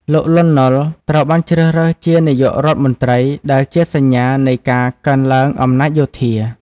លោក លន់ នល់ ត្រូវបានជ្រើសរើសជានាយករដ្ឋមន្ត្រី ដែលជាសញ្ញានៃការកើនឡើងអំណាចយោធា។